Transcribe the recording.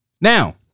Now